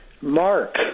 mark